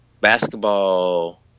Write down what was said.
basketball